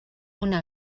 una